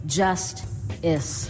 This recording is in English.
just-is